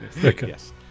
Yes